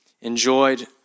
enjoyed